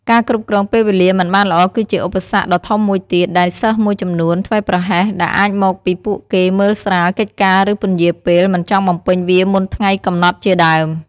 ការគ្រប់គ្រងពេលវេលាមិនបានល្អគឺជាឧបសគ្គដ៏ធំមួយទៀត ដែលសិស្សមួយចំនួនធ្វេសប្រហែលដែលអាចមកពីពួកគេមើលស្រាលកិច្ចការឫពន្យាពេលមិនចង់បំពេញវាមុនថ្ងៃកំណត់ជាដើម។